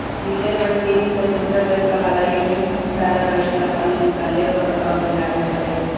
reserve bank के ही त सेन्ट्रल बैंक कहाला इहे सारा बैंक ला कानून निकालेले अउर लागू करेले